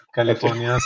California